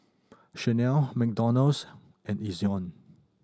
Chanel McDonald's and Ezion